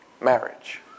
marriage